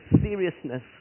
seriousness